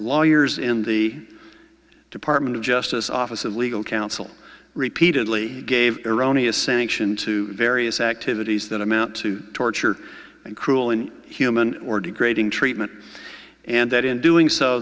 lawyers in the department of justice office of legal counsel repeatedly gave erroneous sanction to various activities that amount to torture cruel and human or degrading treatment and that in doing so